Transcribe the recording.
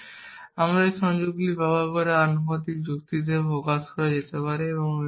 এবং আপনি এই সংযোগগুলি ব্যবহার করে আনুপাতিক যুক্তিতে প্রকাশ করা যেতে পারে